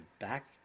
back